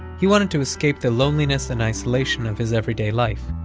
he wanted to escape the loneliness and isolation of his everyday life.